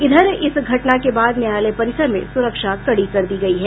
इधर इस घटना के बाद न्यायालय परिसर में सुरक्षा कड़ी कर दी गयी है